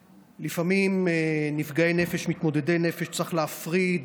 לפעמים בנפגעי נפש, מתמודדי נפש, צריך להפריד